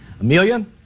Amelia